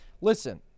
Listen